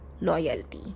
loyalty